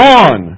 on